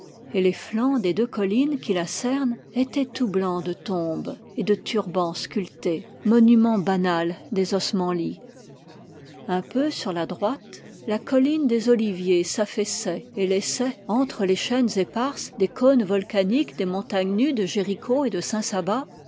et les flancs des deux collines qui la cernent étaient tout blancs de tombes et de turbans sculptés monument banal des osmanlis un peu sur la droite la colline des oliviers s'affaissait et laissait entre les chaînes éparses des cônes volcaniques des montagnes nues de jéricho et de saint sabba